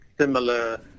similar